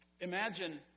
Imagine